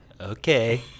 Okay